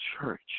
church